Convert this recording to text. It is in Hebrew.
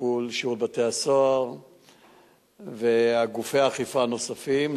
טיפול שירות בתי-הסוהר וגופי אכיפה נוספים,